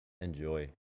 enjoy